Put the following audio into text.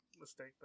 mistake